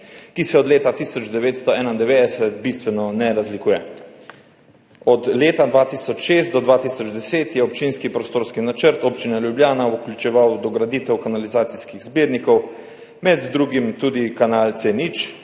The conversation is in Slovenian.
ki se od leta 1991 bistveno ne razlikuje. Od leta 2006 do 2010 je občinski prostorski načrt občine Ljubljana vključeval dograditev kanalizacijskih zbirnikov, med drugim tudi kanal C0. V